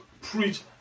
preach